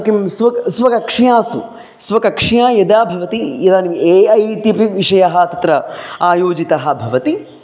किं स्वक् स्वकक्षासु स्वकक्षा यदा भवति इदानीम् ए ऐ इत्यपि विषयः तत्र आयोजितः भवति